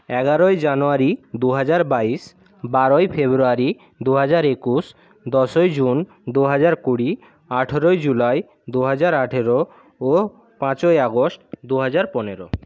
এগারোই জানুয়ারি দু হাজার বাইশ বারোই ফেব্রুয়ারি দু হাজার একুশ দশই জুন দু হাজার কুড়ি আঠেরোই জুলাই দু হাজার আঠেরো ও পাঁচই আগস্ট দু হাজার পনেরো